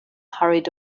hurried